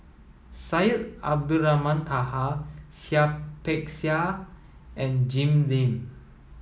Syed Abdulrahman Taha Seah Peck Seah and Jim Lim